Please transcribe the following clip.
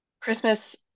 Christmas